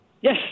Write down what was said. Yes